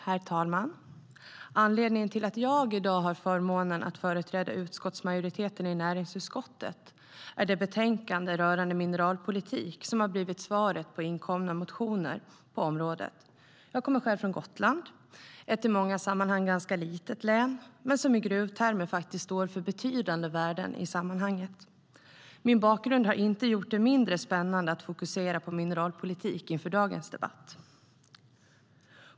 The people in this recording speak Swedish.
Herr ålderspresident! Anledningen till att jag i dag har förmånen att företräda utskottsmajoriteten i näringsutskottet är det betänkande rörande mineralpolitik som har blivit svaret på inkomna motioner på området. Jag kommer själv från Gotland, ett i många sammanhang ganska litet län men som i gruvtermer faktiskt står för betydande värden. Min bakgrund har inte gjort det mindre spännande att fokusera på mineralpolitik inför dagens debatt.